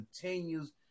continues